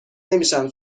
نمیشن